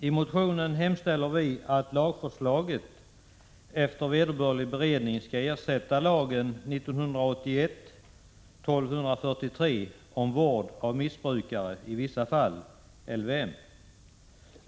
I motionen hemställer vi att lagförslaget efter vederbörlig beredning skall ersätta lagen 1981:1243 om vård av missbrukare i vissa fall .